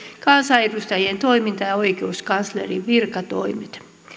kansanedustajien toiminta ja ja oikeuskanslerin virkatoimet